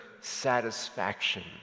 satisfaction